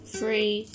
Three